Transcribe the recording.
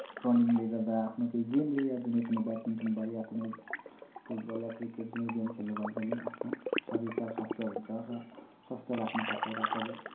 रनिङले गर्दा आफ्नो केही गेमले या जुनै पनि ब्याडमिन्टन भयो या कुनै फुटबल या क्रिकेट जुनै गेम खेल्नु भए पनि आफ्नो शरीर चाहिँ स्वास्थ्य हुन्छ र स्वास्थ्य राख्न पर्छ र शरीर